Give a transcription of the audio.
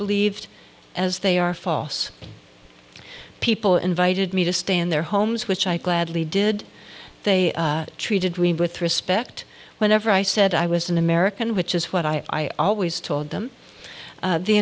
believed as they are false people invited me to stay in their homes which i gladly did they treated me with respect whenever i said i was an american which is what i always told them